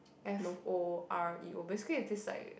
F_O_R_E oh basically is this like